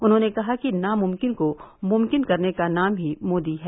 उन्होंने कहा कि नामुमकिन को मुमकिन करने का नाम ही मोदी है